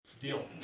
Deal